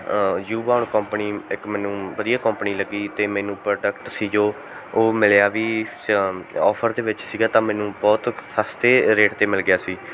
Ubon company ਇਕ ਮੈਨੂੰ ਵਧੀਆ ਕੰਪਨੀ ਲੱਗੀ ਅਤੇ ਮੈਨੂੰ ਪ੍ਰੋਡਕਟ ਸੀ ਜੋ ਉਹ ਮਿਲਿਆ ਵੀ ਸੀ ਔਫ਼ਰ ਦੇ ਵਿਚ ਸੀਗਾ ਤਾਂ ਮੈਨੂੰ ਬਹੁਤ ਸਸਤੇ ਰੇਟ 'ਤੇ ਮਿਲ ਗਿਆ ਸੀ